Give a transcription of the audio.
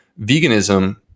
Veganism